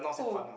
oh